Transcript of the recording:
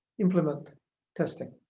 implement testing.